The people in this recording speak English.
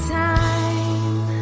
time